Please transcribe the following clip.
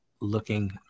looking